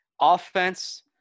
Offense